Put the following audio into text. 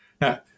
Now